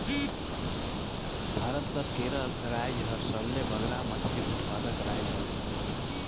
भारत कर केरल राएज हर सबले बगरा मछरी उत्पादक राएज हवे